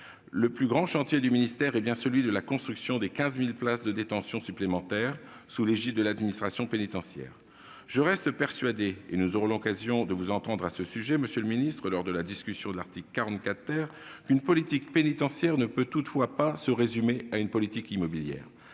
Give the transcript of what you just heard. Le plus grand chantier du ministère est, bien sûr, celui de la construction de 15 000 places de détention supplémentaires, sous l'égide de l'administration pénitentiaire. Je reste toutefois persuadé- nous aurons l'occasion de vous entendre à ce sujet, monsieur le garde des sceaux, lors de la discussion de l'article 44 -qu'une politique pénitentiaire ne peut se résumer à une politique immobilière.